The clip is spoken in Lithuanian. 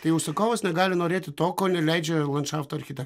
tai užsakovas negali norėti to ko neleidžia landšafto architek